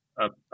up